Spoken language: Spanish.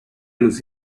los